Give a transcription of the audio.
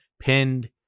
pinned